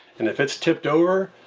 and if it's tipped over,